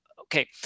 Okay